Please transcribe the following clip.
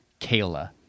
Kayla